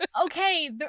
Okay